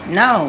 no